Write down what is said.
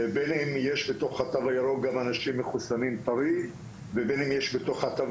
בין אם יש בתוך התו הירוק גם אנשים מחוסנים טרי ובין אם יש בתוך התו